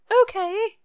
okay